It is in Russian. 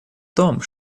том